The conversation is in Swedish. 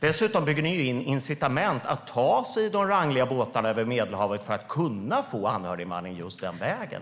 Dessutom bygger ni in incitament för människor att ta sig i de rangliga båtarna över Medelhavet för att kunna få anhöriginvandring just den vägen.